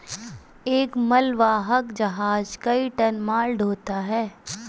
एक मालवाहक जहाज कई टन माल ढ़ोता है